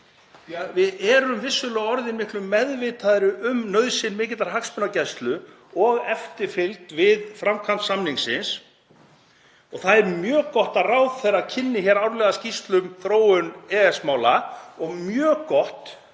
við erum vissulega orðin miklu meðvitaðri um nauðsyn mikillar hagsmunagæslu og eftirfylgd við framkvæmd samningsins. Það er mjög gott að ráðherra kynni hér árlega skýrslu um þróun EES-mála og mjög gott